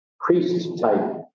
priest-type